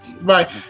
right